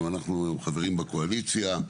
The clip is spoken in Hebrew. מבחינתנו, אנחנו חברים בקואליציה,